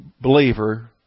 believer